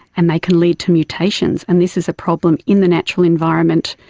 and they can lead to mutations, and this is a problem in the natural environment,